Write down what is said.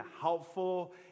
helpful